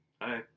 Hi